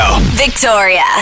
Victoria